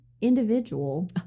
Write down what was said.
individual